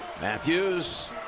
Matthews